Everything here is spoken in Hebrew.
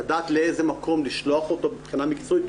לדעת לאיזה מקום לשלוח אותו מבחינה מקצועית,